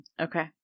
Okay